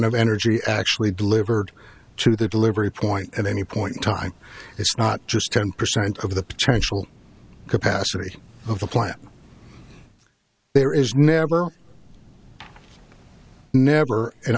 of energy actually delivered to the delivery point at any point in time it's not just ten percent of the potential capacity of the plant there is never never an